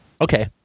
Okay